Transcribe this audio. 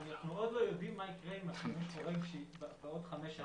אנחנו עוד לא יודעים מה יקרה עם השימוש החורג בעוד חמש שנים,